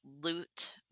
loot